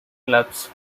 clubs